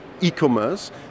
e-commerce